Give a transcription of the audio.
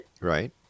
Right